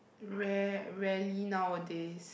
rare~ rarely nowadays